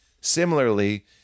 Similarly